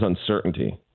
uncertainty